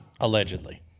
Allegedly